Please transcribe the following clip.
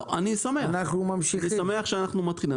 אנחנו ממשיכים,